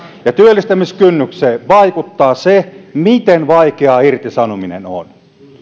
ja työllistämiskynnykseen vaikuttaa se miten vaikeaa irtisanominen on